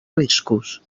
riscos